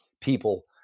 people